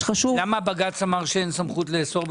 למה בג"ץ אמר שאין למשרד הבריאות סמכות לאסור?